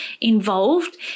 involved